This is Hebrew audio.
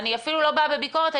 אני לא באה בביקורת,